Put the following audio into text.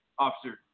Officer